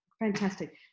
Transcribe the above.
Fantastic